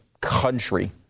country